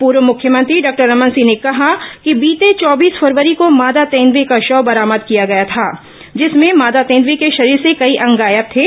पूर्व मुख्यमंत्री डॉक्टर रमन सिंह ने कहा कि बीते चौबीस फरवरी को मादा तेंदुएं का शव बरामद किया गया था जिसमें मादा तेंदुए के शरीर से कई अंग गायब थे